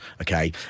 okay